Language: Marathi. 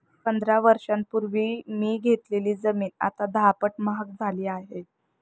पंधरा वर्षांपूर्वी मी घेतलेली जमीन आता दहापट महाग झाली आहे